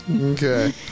Okay